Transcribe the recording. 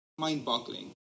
Mind-boggling